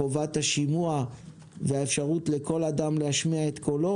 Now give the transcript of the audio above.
חובת השימוע והאפשרות לכל אדם להשמיע את קולו,